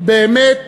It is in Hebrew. שבאמת